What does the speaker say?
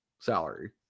salary